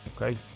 Okay